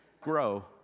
grow